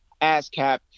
ASCAP